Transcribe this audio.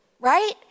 right